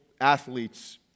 athletes